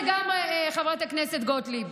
לגמרי, חברת הכנסת גוטליב.